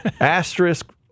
Asterisk